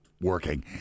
working